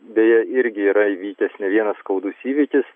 beje irgi yra įvykęs ne vienas skaudus įvykis